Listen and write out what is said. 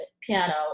piano